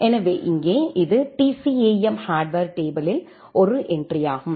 எனவே இங்கே இது TCAM ஹார்ட்வர் டேபிளில் ஒரு என்ட்ரி ஆகும்